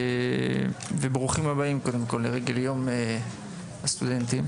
וברוכים הבאים לרגל יום הסטודנט.